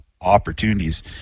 opportunities